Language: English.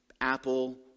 Apple